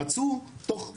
מצאו, תוך כמה,